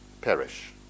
perish